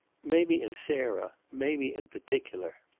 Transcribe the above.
mamie and sarah mamie in particular.